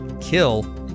kill